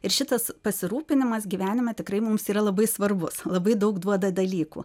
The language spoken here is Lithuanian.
ir šitas pasirūpinimas gyvenime tikrai mums yra labai svarbus labai daug duoda dalykų